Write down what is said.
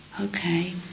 okay